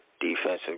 Defensive